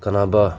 ꯀꯥꯟꯅꯕ